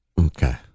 Okay